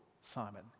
Simon